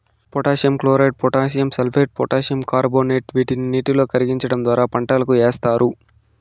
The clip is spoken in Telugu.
potassium chloride, potassium sulphate, potassium carbonate వీటిని నీటిలో కరిగించడం ద్వారా పంటలకు ఏస్తారు